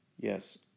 Yes